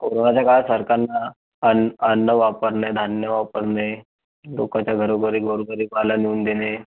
कोरोनाच्या काळात सरकारनं अन् अन्न वापरणे धान्य वापरणे लोकांच्या घरोघरी घरोघरी पाला नेऊन देणे